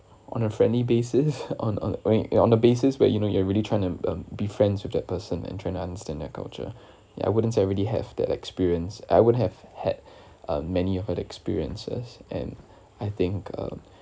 on a friendly basis on on on the basis where you know you are really trying to uh be friends with that person and trying to understand their culture I wouldn't say I already have that experience I wouldn’t have had uh many of the experiences and I think uh